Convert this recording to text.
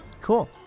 Cool